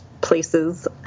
places